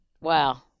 Wow